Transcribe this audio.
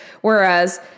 whereas